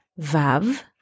Vav